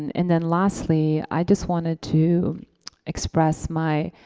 and then lastly, i just wanted to express my